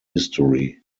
history